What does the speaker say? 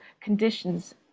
conditions